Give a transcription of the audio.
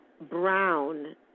brown